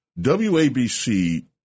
WABC